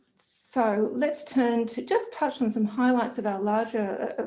so let's turn to just touch on some highlights of our larger,